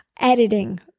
editing